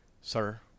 sir